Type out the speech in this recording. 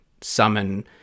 summon